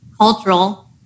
cultural